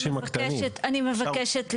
אני מבקשת להתייחס,